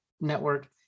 network